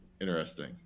Interesting